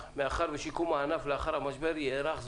מאחר ששיקום הענף לאחר המשבר ייארך זמן.